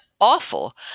awful